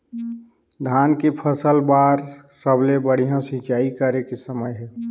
धान के फसल बार सबले बढ़िया सिंचाई करे के समय हे?